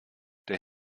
der